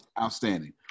Outstanding